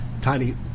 tiny